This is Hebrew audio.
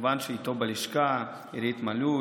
כמובן איתו בלשכה אירית מלול,